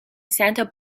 santa